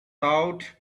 out